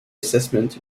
assessment